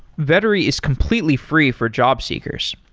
vettery is completely free for jobseekers.